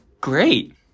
great